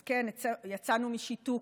אז כן, יצאנו משיתוק.